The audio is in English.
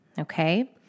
Okay